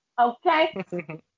Okay